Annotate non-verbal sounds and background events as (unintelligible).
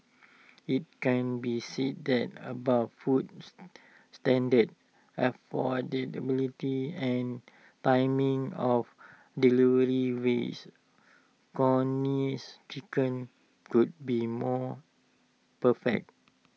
IT can be said that about food (unintelligible) standard affordability and timing of delivery wise Connie's chicken could be more perfect